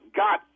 got